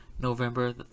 November